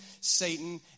Satan